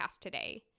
today